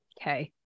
Okay